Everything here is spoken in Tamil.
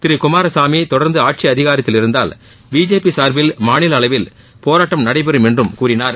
திரு குமாரசாமி தொடர்ந்து ஆட்சி அதிகாரத்தில் இருந்தால் பிஜேபி சார்பில் மாநில அளவில் போராட்டம் நடைபெறும் என்றும் கூறினார்